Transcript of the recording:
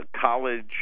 college